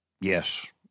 Yes